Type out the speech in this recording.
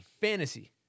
Fantasy